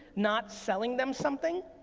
not selling them something,